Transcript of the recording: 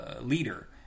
leader